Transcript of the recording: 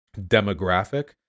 demographic